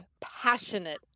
passionate